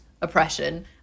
oppression